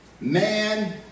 man